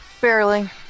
Barely